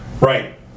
right